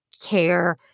care